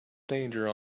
danger